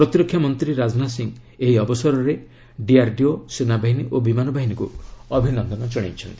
ପ୍ରତିରକ୍ଷା ମନ୍ତ୍ରୀ ରାଜନାଥ ସିଂହ ଏହି ଅବସରରେ ଡିଆର୍ଡିଓ ସେନାବାହିନୀ ଓ ବିମାନବାହିନୀକୁ ଅଭିନନ୍ଦନ ଜଣାଇଛନ୍ତି